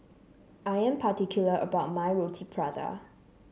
I am particular about my Roti Prata